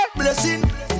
blessing